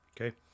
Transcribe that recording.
Okay